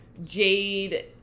Jade